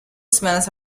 smells